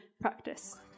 practice